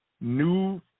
new –